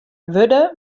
wurde